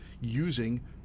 using